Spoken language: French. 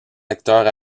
acteurs